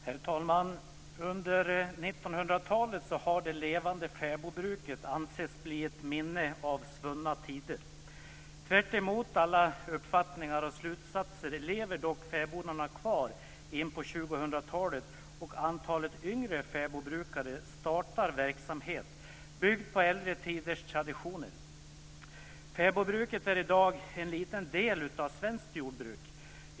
Herr talman! Under 1900-talet har det levande fäbodbruket ansetts kunna bli ett minne av svunna tider. Tvärtemot alla uppfattningar och slutsatser lever dock fäbodarna kvar in på 2000-talet, och ett antal yngre fäbodbrukare startar verksamhet byggd på äldre tiders traditioner. Fäbodbruket är i dag en liten del av svenskt jordbruk.